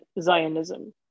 Zionism